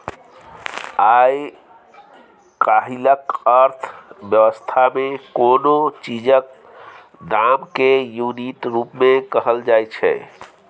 आइ काल्हिक अर्थ बेबस्था मे कोनो चीजक दाम केँ युनिट रुप मे कहल जाइ छै